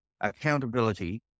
accountability